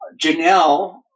Janelle